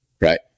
Right